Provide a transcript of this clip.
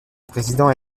président